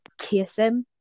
TSM